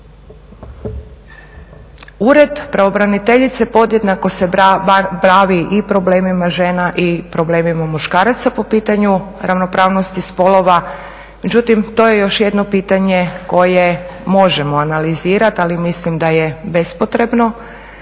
Ured pravobraniteljice podjednako se bavi i problemima žena i problemima muškaraca po pitanju ravnopravnosti spolova, međutim to je još jedno pitanje koje možemo analizirat, ali mislim da je bespotrebno.